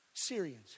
Syrians